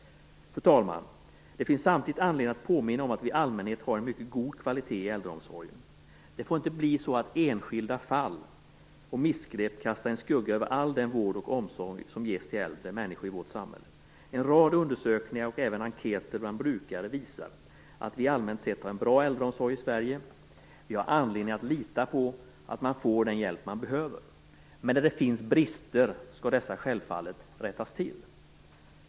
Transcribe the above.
Fru talman! Det finns samtidigt anledning att påminna om att kvaliteten i äldreomsorgen i allmänhet är mycket god. Det får inte bli så att enskilda fall och missgrepp kastar en skugga över all den vård och omsorg som ges till äldre människor i vårt samhälle. En rad undersökningar och även enkäter bland brukare visar att vi allmänt sett har en bra äldreomsorg i Sverige. Det finns anledning att lita på att man får den hjälp man behöver. Men där det finns brister skall dessa självfallet rättas till.